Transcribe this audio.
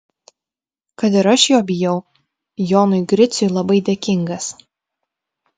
kad ir aš jo bijau jonui griciui labai dėkingas